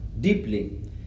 deeply